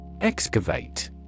Excavate